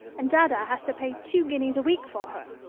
and dada has to pay two guineas a week for her.